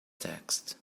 text